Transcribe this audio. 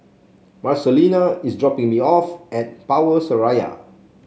Marcelina is dropping me off at Power Seraya